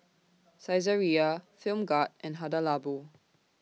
Saizeriya Film God and Hada Labo